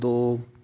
ਦੋ